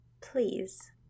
Please